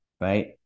right